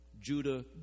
Judah